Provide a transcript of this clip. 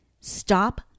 Stop